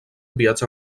enviats